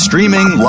Streaming